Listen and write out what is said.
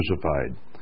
crucified